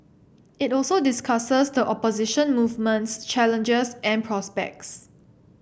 it also discusses the opposition movement's challenges and prospects